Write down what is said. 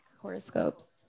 horoscopes